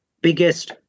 biggest